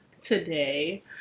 today